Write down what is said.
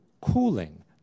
cooling